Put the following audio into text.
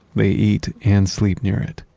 they eat and sleep near it.